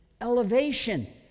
elevation